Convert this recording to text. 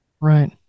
Right